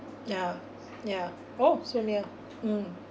yeah yeah oh so near mm